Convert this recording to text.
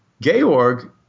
Georg